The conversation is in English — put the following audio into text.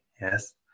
Yes